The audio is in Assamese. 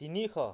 তিনিশ